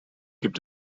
gibt